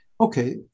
Okay